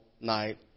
night